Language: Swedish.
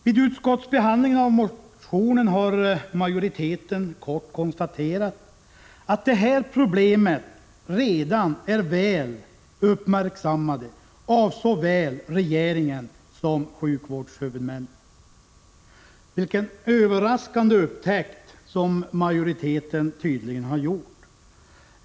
Vid utskottsbehandlingen av motionen har majoriteten kort konstaterat att det här problemet redan är väl uppmärksammat av såväl regeringen som av sjukvårdshuvudmännen. Vilken överraskande upptäckt majoriteten tydligen har gjort!